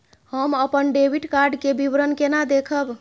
हम अपन debit card के विवरण केना देखब?